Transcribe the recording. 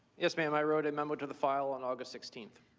yes, ma'am. i wrote a memo to the file in august sixteen.